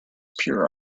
pure